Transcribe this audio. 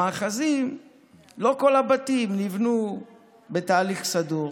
במאחזים לא כל הבתים נבנו בתהליך סדור